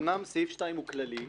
אומנם סעיף 2 הוא כללי,